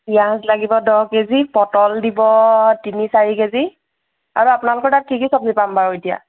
পিঁয়াজ লাগিব দহ কেজি পটল দিব তিনি চাৰি কেজি আৰু আপোনালোকৰ তাত কি কি চব্জি পাম বাৰু এতিয়া